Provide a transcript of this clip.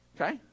okay